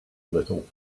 little